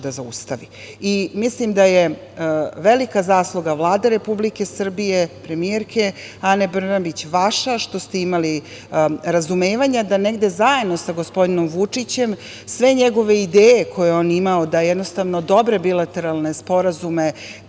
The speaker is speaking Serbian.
da zaustavi. Mislim da je velika zasluga Vlade Republike Srbije, premijerke Ane Brnabić, vaša što ste imali razumevanja, da negde zajedno sa gospodinom Vučićem, sve njegove ideje koje je on imao, da jednostavno dobre bilateralne sporazume